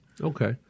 Okay